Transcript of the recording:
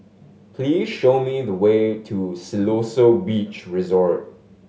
please show me the way to Siloso Beach Resort